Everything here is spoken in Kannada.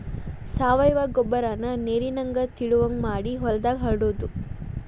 ಸಾವಯುವ ಗೊಬ್ಬರಾನ ನೇರಿನಂಗ ತಿಳುವಗೆ ಮಾಡಿ ಹೊಲದಾಗ ಹರಡುದು